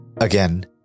Again